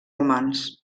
romans